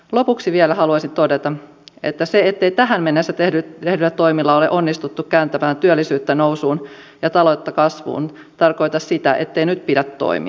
lopuksi vielä haluaisin todeta ettei se ettei tähän mennessä tehdyillä toimilla ole onnistuttu kääntämään työllisyyttä nousuun ja taloutta kasvuun tarkoita sitä ettei nyt pidä toimia